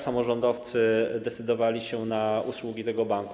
Samorządowcy decydowali się na usługi tego banku.